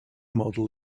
model